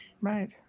right